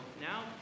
now